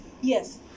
Yes